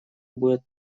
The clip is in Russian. будет